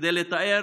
כדי לתאר